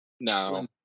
No